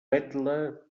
vetla